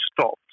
stopped